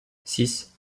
six